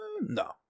No